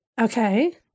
Okay